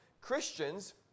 Christians